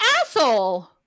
asshole